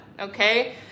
okay